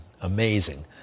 Amazing